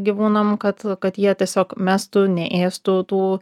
gyvūnam kad kad jie tiesiog mestų neėstų